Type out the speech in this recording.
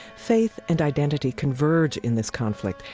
faith and identity converge in this conflict,